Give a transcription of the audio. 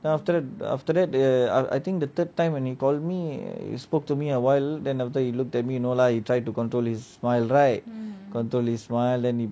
then after that after that the I think the third time when he call me spoke to me awhile then after he looked at me you know lah you try to control his smile right control his smile then he